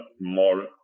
more